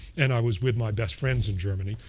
and i was with my best friends in germany.